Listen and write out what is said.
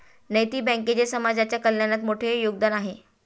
नैतिक बँकेचे समाजाच्या कल्याणात मोठे योगदान आहे